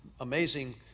amazing